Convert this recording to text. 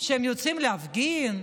שהם יוצאים להפגין,